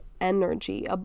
energy